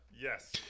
yes